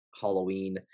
Halloween